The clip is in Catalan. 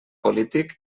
polític